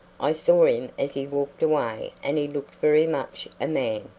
i saw him as he walked away and he looked very much a man.